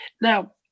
Now